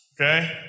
okay